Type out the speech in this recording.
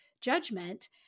judgment